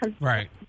right